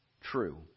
true